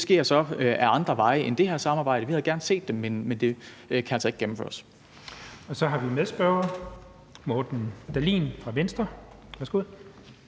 det sker så ad andre veje end det her samarbejde. Og vi havde gerne set det, men det kan altså ikke gennemføres. Kl. 13:34 Den fg. formand (Jens Henrik